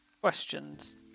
questions